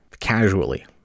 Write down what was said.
casually